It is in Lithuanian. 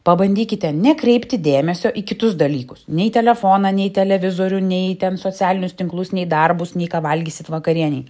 pabandykite nekreipti dėmesio į kitus dalykus nei telefoną nei televizorių nei ten socialinius tinklus nei darbus nei ką valgysit vakarienei